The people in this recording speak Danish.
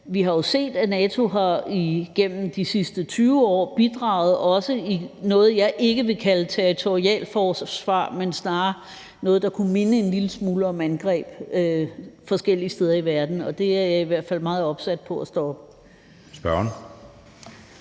jo har set, at NATO igennem de sidste 20 år har bidraget til noget, jeg ikke vil kalde territorialforsvar, men snarere noget, der kunne minde en lille smule om angreb, forskellige steder i verden, og det er jeg i hvert fald meget opsat på at stoppe. Kl.